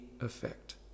effect